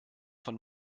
von